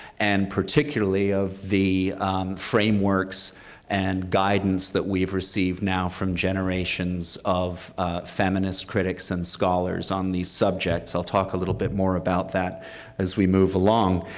and particularly of the frameworks and guidance that we've received now from generations of feminist critics and scholars on these subjects. i'll talk a little bit more about that as we move along.